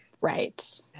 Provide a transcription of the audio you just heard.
right